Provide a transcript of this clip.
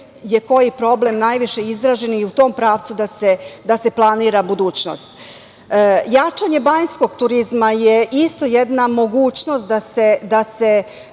je koji problem najviše izražen i u tom pravcu da se planira budućnost. Jačanje banjskog turizma je isto jedna mogućnost da se